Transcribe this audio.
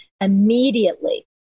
immediately